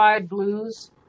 blues